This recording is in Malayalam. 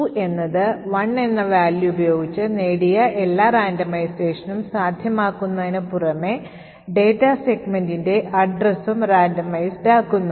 2 എന്നത് 1 എന്ന value ഉപയോഗിച്ച് നേടിയ എല്ലാ റാൻഡമൈസേഷനും സാധ്യമാക്കുന്നതിന് പുറമേ data segmentൻറെ addressഉം randomized ആക്കുന്നു